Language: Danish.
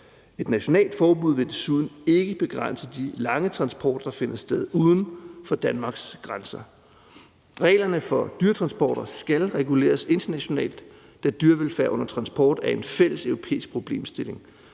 Et nationalt forbud vil desuden ikke begrænse de lange transporter, der finder sted uden for Danmarks grænser. Reglerne for dyretransporter skal reguleres internationalt, da dyrevelfærd under transport er en fælleseuropæisk problemstilling.